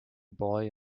boy